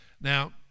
Now